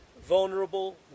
vulnerable